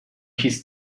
his